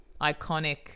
iconic